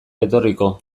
etorriko